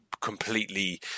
completely